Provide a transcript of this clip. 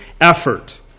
effort